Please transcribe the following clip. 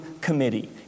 committee